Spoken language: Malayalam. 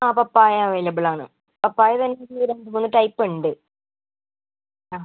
ആ പപ്പായ അവൈലബിളാണ് പപ്പായ തന്നെ അതിൽ രണ്ട് മൂന്ന് ടൈപ്പുണ്ട് ആ